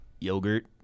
Yogurt